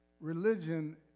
Religion